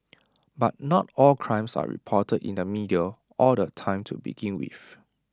but not all crimes are reported in the media all the time to begin with